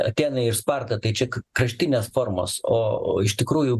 atėnai ir sparta tai čia karštinės formos o iš tikrųjų